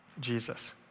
Jesus